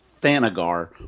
Thanagar